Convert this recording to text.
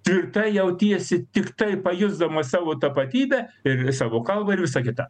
tvirta jautiesi tiktai pajusdamas savo tapatybę ir savo kalbą ir visa kita